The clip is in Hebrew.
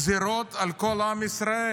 גזרות על כל עם ישראל.